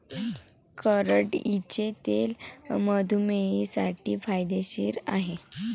करडईचे तेल मधुमेहींसाठी फायदेशीर आहे